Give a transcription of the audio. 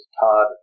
Todd